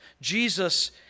Jesus